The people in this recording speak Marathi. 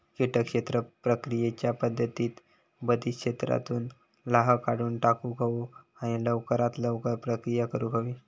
किटक क्षेत्र प्रक्रियेच्या पध्दती बाधित क्षेत्रातुन लाह काढुन टाकुक हवो आणि लवकरात लवकर प्रक्रिया करुक हवी